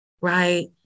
right